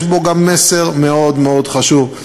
יש בו גם מסר מאוד מאוד חשוב,